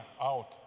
out